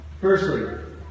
Firstly